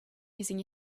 using